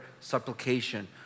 supplication